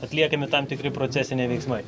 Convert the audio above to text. atliekami tam tikri procesiniai veiksmai